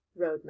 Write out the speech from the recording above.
roadmap